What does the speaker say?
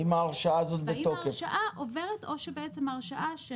אז האם ההרשאה עוברת או שבעצם ההרשאה שהוא